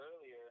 earlier